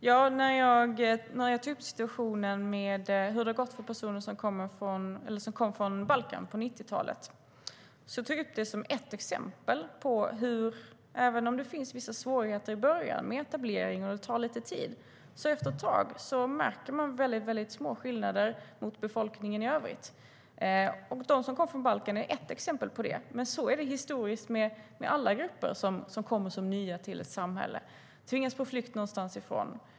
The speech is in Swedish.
Herr talman! Jag tog upp hur det gått för dem som kom från Balkan på 90-talet som ett exempel på att man efter ett tag märker väldigt små skillnader mellan dem som kommer hit och befolkningen i övrigt - även om det finns vissa svårigheter i början med etableringen. De som kom från Balkan är ett exempel på det. Så är det historiskt med alla grupper som kommit som nya till ett samhälle när de tvingats på flykt någonstans ifrån.